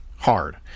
hard